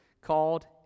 called